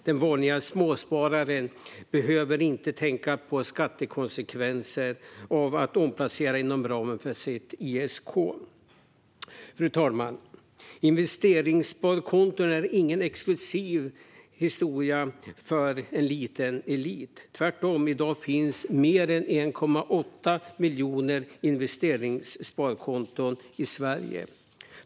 Den vanliga småspararen behöver inte tänka på skattekonsekvenser av att omplacera inom ramen för sitt ISK. Fru talman! Investeringssparkonton är ingen exklusiv historia för en liten elit. Tvärtom - i dag finns mer än 1,8 miljoner investeringssparkonton i Sverige.